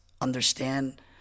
understand